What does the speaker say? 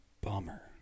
bummer